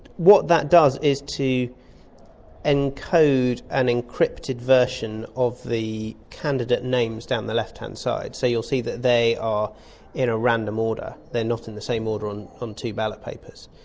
what that does is to encode an encrypted version of the candidate names down the left-hand side. so you'll see that they are in a random order, they're not in the same order on on two ballot papers,